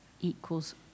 equals